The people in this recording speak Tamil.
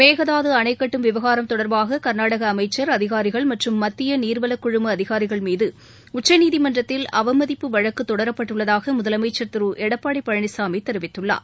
மேகதாது அணை கட்டும் விவகாரம் தொடர்பாக கர்நாடக அமைச்சர் அதிகாரிகள் மற்றும் மத்திய நீர்வள குழும அதிகாரிகள் மீது உச்சநீதிமன்றத்தில் அவமதிப்பு வழக்கு தொடரப்பட்டுள்ளதாக முதலமைச்சர் திரு எடப்பாடி பழனிசாமி தெரிவித்துள்ளார்